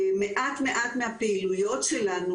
מעט מהפעילויות שלנו,